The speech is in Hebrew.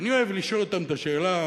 ואני אוהב לשאול אותם את השאלה,